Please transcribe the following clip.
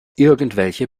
irgendwelche